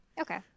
Okay